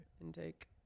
intake